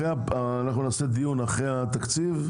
נקיים דיון אחרי התקציב,